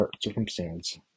circumstance